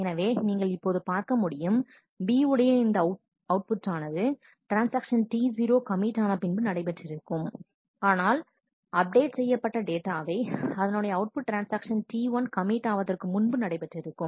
எனவே நீங்கள் இப்போது பார்க்க முடியும் B உடைய இந்த அவுட்டானது ட்ரான்ஸ்ஆக்ஷன் T0 கமிட் ஆன பின்பு நடைபெற்றிருக்கும் ஆனால் அப்டேட் செய்யப்பட்ட டேட்டாவை அதனுடைய output transaction T1 commit ஆவதற்கு முன்பு நடைபெற்றிருக்கும்